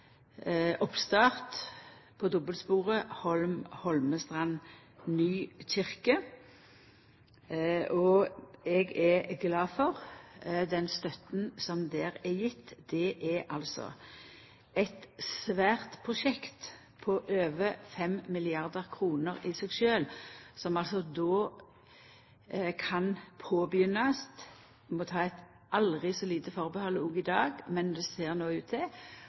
oppstart på dobbeltsporet Holm–Holmestrand–Nykirke, og eg er glad for den støtta som der er gjeven. Det er altså eit svært prosjekt på over 5 mrd. kr i seg sjølv, som då kan påbegynnast. Eg må ta eit aldri så lite atterhald òg i dag, men det ser no ut til